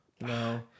No